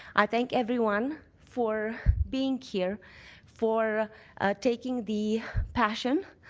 i thank everyone for being here for taking the passion,